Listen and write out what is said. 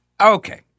Okay